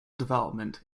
development